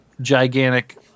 gigantic